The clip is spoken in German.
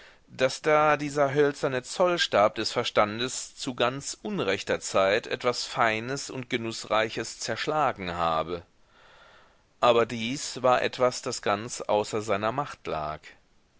daß da dieser hölzerne zollstab des verstandes zu ganz unrechter zeit etwas feines und genußreiches zerschlagen habe aber dies war etwas das ganz außer seiner macht lag